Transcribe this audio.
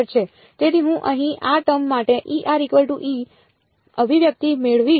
તેથી હું અહીં આ ટર્મ માટે અભિવ્યક્તિ મેળવીશ